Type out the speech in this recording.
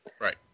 Right